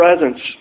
presence